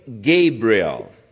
Gabriel